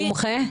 הוא מומחה?